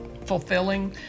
fulfilling